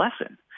lesson